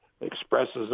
expresses